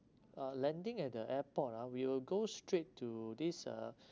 uh landing at the airport ah we will go straight to this uh